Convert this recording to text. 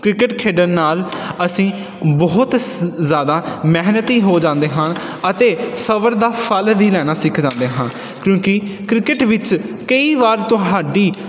cricket ਖੇਡਣ ਨਾਲ ਅਸੀਂ ਬਹੁਤ ਸ ਜ਼ਿਆਦਾ ਮਿਹਨਤੀ ਹੋ ਜਾਂਦੇ ਹਨ ਅਤੇ ਸਬਰ ਦਾ ਫਲ ਵੀ ਲੈਣਾ ਸਿੱਖ ਜਾਂਦੇ ਹਾਂ ਕਿਉਂਕਿ ਕ੍ਰਿਕਟ ਵਿੱਚ ਕਈ ਵਾਰ ਤੁਹਾਡੀ